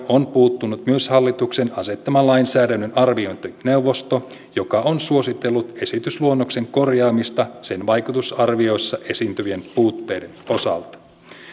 on puuttunut myös hallituksen asettama lainsäädännön arviointineuvosto joka on suositellut esitysluonnoksen korjaamista sen vaikutusarvioissa esiintyvien puutteiden osalta